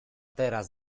teraz